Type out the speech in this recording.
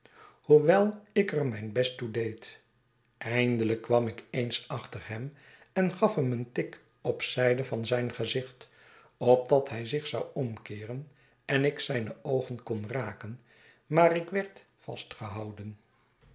hoewel ik er mijn best toe deed emdelijk kwam ik eens achter hem en gaf hem een tik op zijde van zijn gezicht opdat hij zich zou omkeeren en ik zijne oogen kon raken maar ik werd vastgehouden